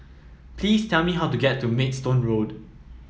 please tell me how to get to Maidstone Road